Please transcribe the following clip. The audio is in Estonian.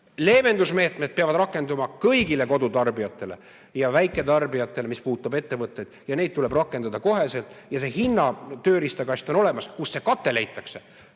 Leevendusmeetmed peavad rakenduma kõigile kodutarbijatele ja väiketarbijatele, mis puudutab ettevõtteid, ja neid tuleb rakendada otsekohe. Hinnatööriistakast on olemas. Kust see kate leitakse?